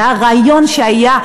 והרעיון שהיה,